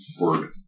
word